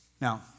Now